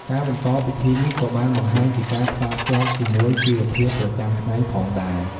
ការបន្តពិធីនេះក៏បានបង្ហាញពីការផ្សារភ្ជាប់ជាមួយជីវភាពប្រចាំថ្ងៃផងដែរ។